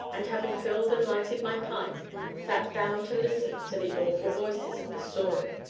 and, having filled and lighted my pipe, sat down to listen to the awful voices of the storm.